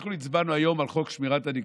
אנחנו הצבענו היום על חוק שמירת הניקיון,